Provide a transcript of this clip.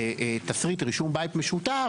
רישום תסריט בית משותף,